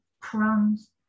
crumbs